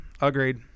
agreed